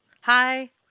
Hi